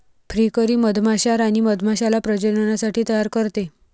फ्रीकरी मधमाश्या राणी मधमाश्याला प्रजननासाठी तयार करते